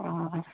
ᱚᱸᱻ